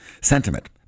Sentiment